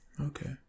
Okay